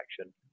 action